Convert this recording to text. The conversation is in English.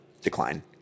decline